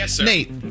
Nate